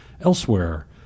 elsewhere